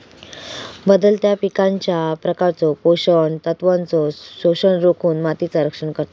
बदलत्या पिकांच्या प्रकारचो पोषण तत्वांचो शोषण रोखुन मातीचा रक्षण करता